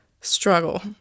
struggle